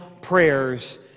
prayers